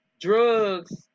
drugs